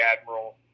admiral